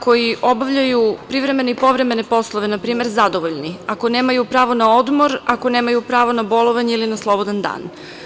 koji obavljaju privremene i povremene poslove zadovoljni, ako nemaju pravo na odmor, ako nemaju pravo na bolovanje ili na slobodan dan.